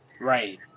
Right